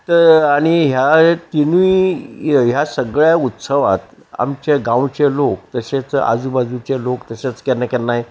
तर आनी ह्या तिनूय ह्या सगळ्या उत्सवांत आमचे गांवचे लोक तशेंच आजू बाजूचे लोक तशेंच केन्ना केन्नाय